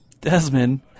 Desmond